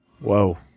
Whoa